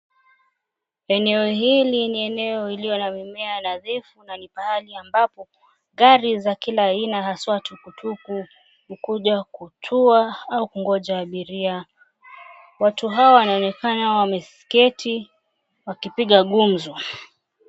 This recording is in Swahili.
Eneo hili ni eneo iliyo na mimea nadhifu na ni mbali ambapo gari za kila aina haswa tukutuku hukuja kutua au kungoja abiria. Watu hawa wanaonekana wameketi wakipiga gumzo.